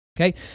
Okay